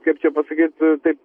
kaip čia pasakyt taip